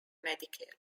medicare